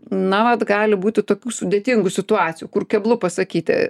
na vat gali būti tokių sudėtingų situacijų kur keblu pasakyti